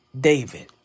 David